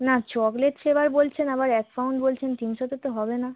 না chocolate flavour বলছেন আবার এক পাউন্ড বলছেন তিনশোতে তো হবে না